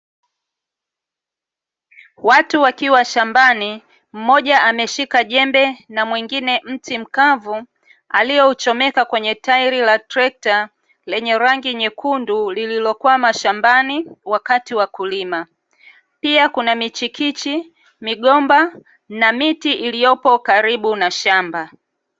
Watu wakiwa shambani mmoja ameshika jembe na mwingine mwingine mti mkavu, aliouchomeka kwenye tairi la trekta renye rangi nyekundu lililokwama shambani wakati wa kulima, pia kuna michikichi, migomba na miti iliyopo karibu na shamba.